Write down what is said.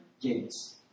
gates